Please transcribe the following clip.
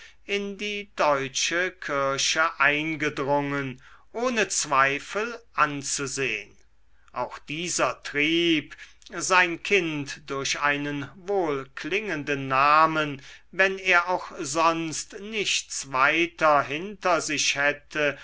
in die deutsche kirche eingedrungen ohne zweifel anzusehn auch dieser trieb sein kind durch einen wohlklingenden namen wenn er auch sonst nichts weiter hinter sich hätte